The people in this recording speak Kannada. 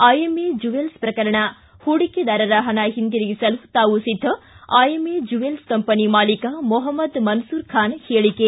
ಐಎಂಎ ಜುವೆಲ್ಸ್ ಪ್ರಕರಣ ಹೂಡಿಕೆದಾರರ ಹಣ ಹಿಂತಿರುಗಿಸಲು ತಾವು ಸಿದ್ದ ಐಎಂಎ ಜುವೇಲ್ಸ್ ಕಂಪನಿ ಮಾಲೀಕ ಮೊಹಮ್ಮದ ಮನ್ನೂರ್ ಖಾನ್ ಹೇಳಿಕೆ